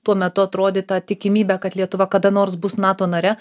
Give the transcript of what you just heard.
tuo metu atrodyta tikimybe kad lietuva kada nors bus nato nare